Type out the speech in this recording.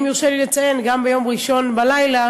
אם יורשה לי לציין, ביום ראשון בלילה